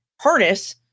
harness